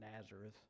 Nazareth